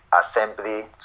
assembly